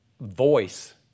voice